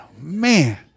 man